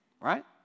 Right